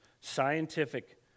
scientific